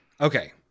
Okay